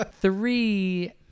three